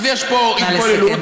אז יש פה התבוללות,